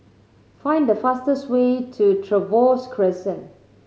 find the fastest way to Trevose Crescent